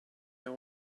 they